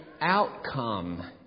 outcome